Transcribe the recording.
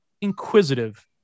inquisitive